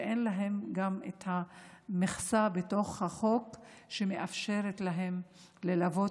שאין להם גם את המכסה בתוך החוק שמאפשרת להם ללוות